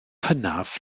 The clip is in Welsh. hynaf